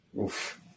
Oof